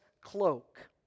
cloak